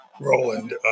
Roland